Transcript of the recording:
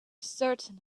certain